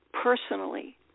personally